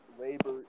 labor